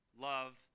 love